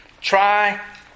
try